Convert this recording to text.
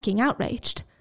outraged